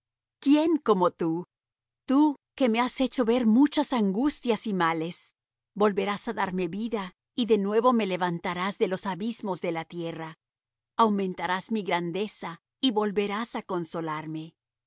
quién como tú tú que me has hecho ver muchas angustias y males volverás á darme vida y de nuevo me levantarás de los abismos de la tierra aumentarás mi grandeza y volverás á consolarme